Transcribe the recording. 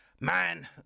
Man